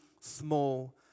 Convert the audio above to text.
small